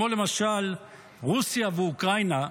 כמו למשל רוסיה ואוקראינה,